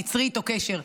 תיצרי איתו קשר.